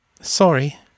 Sorry